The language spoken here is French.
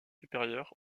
supérieurs